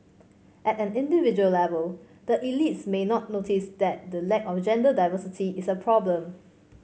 at an individual level the elites may not notice that the lack of gender diversity is a problem